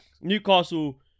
Newcastle